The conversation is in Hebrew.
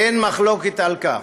אין מחלוקת על כך.